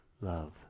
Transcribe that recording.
love